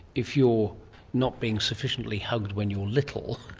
if you're not being sufficiently hugged when you're little,